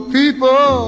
people